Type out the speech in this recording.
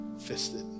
fisted